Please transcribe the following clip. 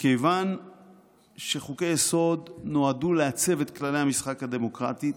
מכיוון שחוקי-יסוד נועדו לעצב את כללי המשחק הדמוקרטי,